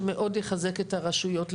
שמאוד יחזק את הרשויות,